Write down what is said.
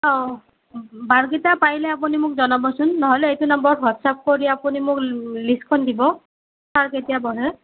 অ বাৰকেইটা পাৰিলে আপুনি মোক জনাবচোন নহ'লে এইটো নম্বৰত হোৱাটছাপ কৰি আপুনি মোক লিষ্টখন দিব ছাৰ কেতিয়া বহে